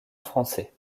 français